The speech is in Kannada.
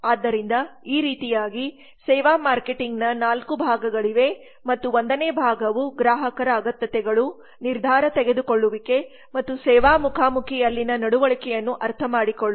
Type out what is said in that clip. ಆದ್ದರಿಂದ ಈ ರೀತಿಯಾಗಿ ಸೇವಾ ಮಾರ್ಕೆಟಿಂಗ್ನ 4 ಭಾಗಗಳಿವೆ ಮತ್ತು 1 ನೇ ಭಾಗವು ಗ್ರಾಹಕರ ಅಗತ್ಯತೆಗಳು ನಿರ್ಧಾರ ತೆಗೆದುಕೊಳ್ಳುವಿಕೆ ಮತ್ತು ಸೇವಾ ಮುಖಾಮುಖಿಯಲ್ಲಿನ ನಡವಳಿಕೆಯನ್ನು ಅರ್ಥಮಾಡಿಕೊಳ್ಳುವುದು